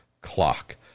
clock